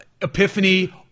Epiphany